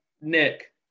Nick